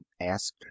asked